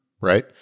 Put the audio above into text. right